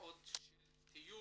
בתופעות של תיוג,